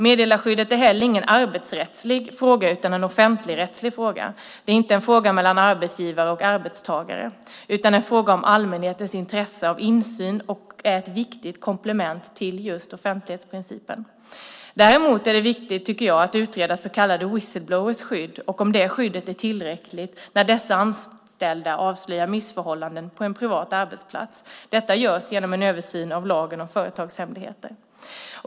Meddelarskyddet är inte heller någon arbetsrättslig fråga utan en offentligrättslig fråga. Det är inte en fråga mellan arbetsgivare och arbetstagare utan en fråga om allmänhetens intresse av insyn. Det är ett viktigt komplement till offentlighetsprincipen. Däremot är det viktigt att utreda så kallade whistleblowers skydd och om det skyddet är tillräckligt när dessa anställda avslöjar missförhållanden på en privat arbetsplats. Detta görs genom en översyn av lagen om företagshemligheter.